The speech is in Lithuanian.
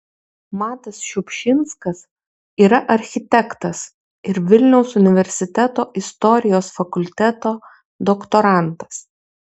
matas šiupšinskas yra architektas ir vilniaus universiteto istorijos fakulteto doktorantas